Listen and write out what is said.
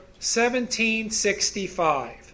1765